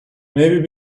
maybe